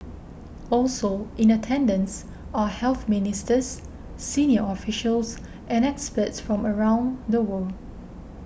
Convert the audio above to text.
also in attendance are health ministers senior officials and experts from around the world